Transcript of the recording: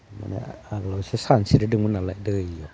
माने आगोलावसो सानस्रिदोंमोन नालाय दैयाव